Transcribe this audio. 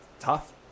tough